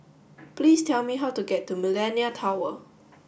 please tell me how to get to Millenia Tower